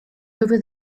over